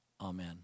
Amen